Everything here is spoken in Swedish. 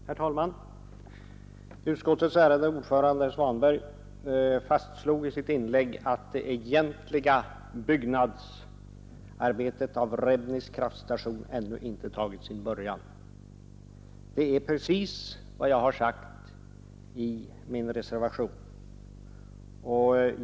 Herr talman! Utskottets ärade ordförande herr Svanberg fastslog i sitt inlägg att det egentliga byggnadsarbetet med Rebnis kraftstation ännu icke tagit sin början. Det är precis vad jag har sagt i min reservation.